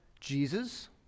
Jesus